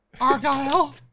Argyle